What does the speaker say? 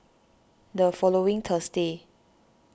the following Thursday